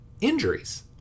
injuries